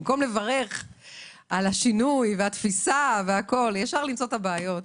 במקום לברך על השינוי והתפיסה - ישר למצוא את הבעיות.